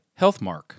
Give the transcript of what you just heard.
HealthMark